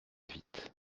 vite